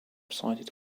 sided